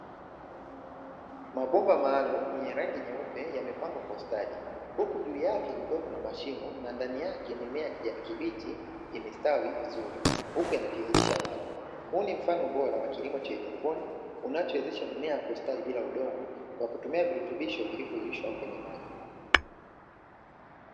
Mabomba maalum yenye rangi nyeupe, yamepangwa kwa ustadi huku juu yake kulikuwa kuna mashimo na ndani yake mimea kijani kibichi imestawi vizuri huku inatiririsha maji, huu ni mfano bora wa kilimo cha hydroponi unachowezesha mimea ya kustawi bila udongo kwa kutumia virutubisho kwenye maji.